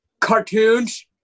cartoons